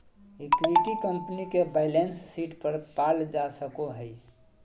equity company के balance sheet पर पाल जा सको हइ